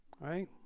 right